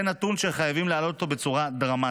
זה נתון שחייבים להעלות אותו בצורה דרמטית.